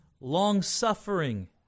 Long-suffering